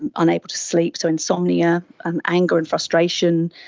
and unable to sleep, so insomnia, and anger and frustration,